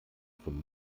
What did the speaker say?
von